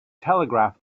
telegraph